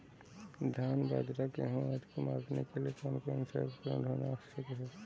धान बाजरा गेहूँ आदि को मापने के लिए कौन सा उपकरण होना आवश्यक है?